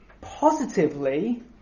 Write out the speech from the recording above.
positively